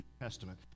Testament